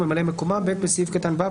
וממלאי מקומם "; (ב) בסעיף קטן (ו),